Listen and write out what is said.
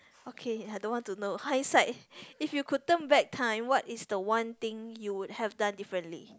okay I don't want to know hind side if you could turn back time what is the one thing you would have done differently